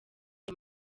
ayo